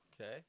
Okay